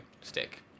stick